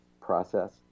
process